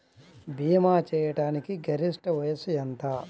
భీమా చేయాటానికి గరిష్ట వయస్సు ఎంత?